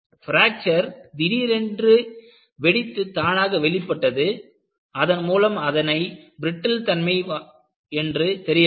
fracture திடீரென வெடித்து தானாகவே வெளிப்பட்டது அதன் மூலம் அதனை பிரட்டில் தன்மை தெரியவந்தது